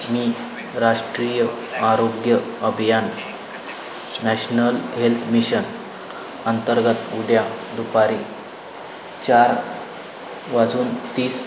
मी राष्ट्रीय आरोग्य अभियान नॅशनल हेल्थ मिशन अंतर्गत उद्या दुपारी चार वाजून तीस